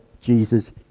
Jesus